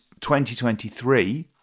2023